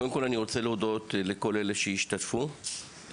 קודם כל, אני רוצה להודות לכל אלה שהשתתפו בדיון.